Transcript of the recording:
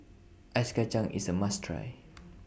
Ice Kachang IS A must Try